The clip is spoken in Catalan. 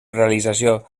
realització